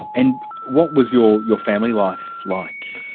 and what was your your family life like?